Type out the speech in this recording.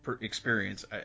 Experience